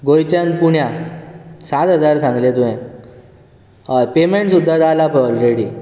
गोंयच्यान पुण्या सात हजार सांगले तुवें हय पॅमेंट सुद्दा जालां पळय ऑलरेडी